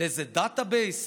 לאיזה דאטה בייס?